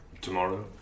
Tomorrow